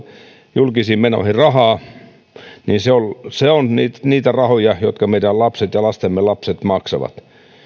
julkisiin menoihin rahaa on niitä rahoja jotka meidän lapset ja lastemme lapset maksavat